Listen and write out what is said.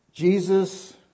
Jesus